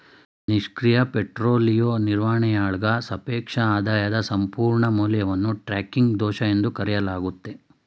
ನಿಷ್ಕ್ರಿಯ ಪೋರ್ಟ್ಫೋಲಿಯೋ ನಿರ್ವಹಣೆಯಾಳ್ಗ ಸಾಪೇಕ್ಷ ಆದಾಯದ ಸಂಪೂರ್ಣ ಮೌಲ್ಯವನ್ನು ಟ್ರ್ಯಾಕಿಂಗ್ ದೋಷ ಎಂದು ಕರೆಯಲಾಗುತ್ತೆ